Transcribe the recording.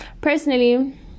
personally